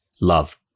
love